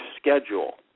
Schedule